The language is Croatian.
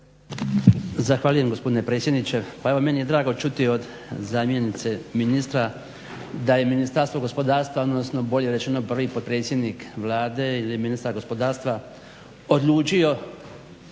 Zahvaljujem gospodine predsjedniče. Pa evo meni je drago čuti od zamjenice ministra da je Ministarstvo gospodarstva, odnosno bolje rečeno prvi potpredsjednik Vlade ili ministar gospodarstva odlučio